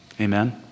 amen